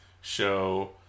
show